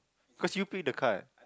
cause you print the card